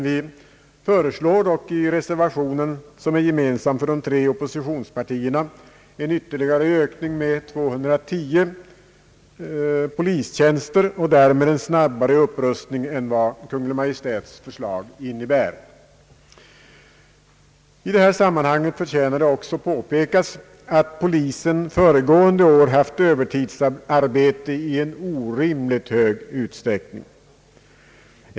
Vi föreslår dock i reservationen, som är gemensam för de tre oppositionspartierna, en ytterligare ökning med 210 polistjänster och därmed en snabbare upprustning än vad Kungl. Maj:ts förslag innebär. I sammanhanget förtjänar det också påpekas att polisen föregående år haft övertidsarbete i orimligt stor omfattning.